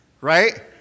Right